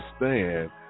understand